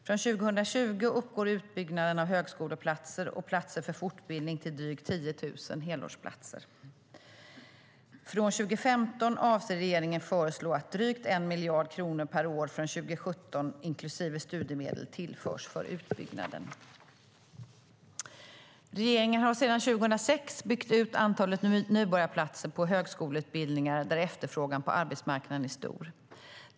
Från 2020 uppgår utbyggnaden av högskoleplatser och platser för fortbildning till drygt 10 000 helårsplatser. Från 2015 avser regeringen att föreslå att drygt 1 miljard kronor per år från 2017 inklusive studiemedel tillförs för utbyggnaden. Regeringen har sedan 2006 byggt ut antalet nybörjarplatser på högskoleutbildningar där efterfrågan på arbetsmarknaden är stor.